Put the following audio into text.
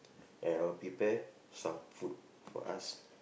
and I'll prepare some food for us